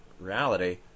reality